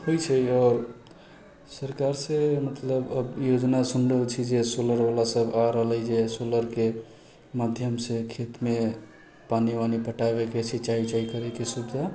होइ छै आओर सरकारसँ मतलब अब योजना सुनि रहल छी जे सोलर बला सभ आ रहले है जे सोलर के माध्यमसँ खेतमे पानि वानि पटाबैके सिंचाइ विंचाइ करैके सुविधा